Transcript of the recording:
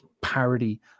parody